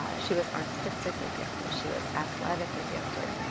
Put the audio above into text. ah she was artistically gifted. she was athletically gifted.